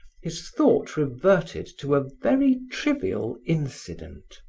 his thought reverted to a very trivial incident.